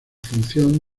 función